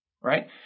right